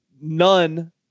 none